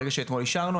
ברגע שאתמול אישרנו,